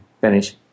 finish